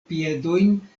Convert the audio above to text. piedojn